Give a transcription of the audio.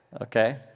okay